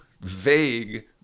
vague